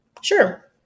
Sure